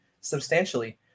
substantially